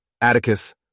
Atticus